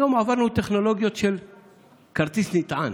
היום עברנו לטכנולוגיות של כרטיס נטען,